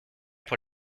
pour